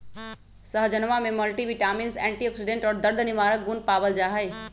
सहजनवा में multivitamins antioxidant और दर्द निवारक गुण पावल जाहई